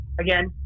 Again